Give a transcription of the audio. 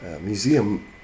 museum